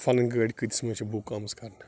کہِ فلٲنۍ گٲڑۍ کۭتِس منٛز چھِ بُک آمٕژ کَرنہٕ